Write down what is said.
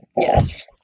Yes